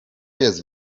jest